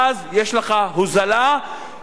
ואז יש לך הוזלה משמעותית